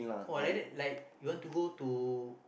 oh like that like you want to go to